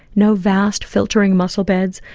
no vast filtering mussel beds.